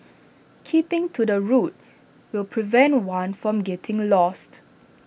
keeping to the route will prevent one from getting lost